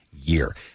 Year